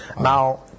now